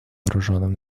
вооруженным